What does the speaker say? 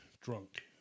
drunk